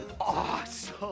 awesome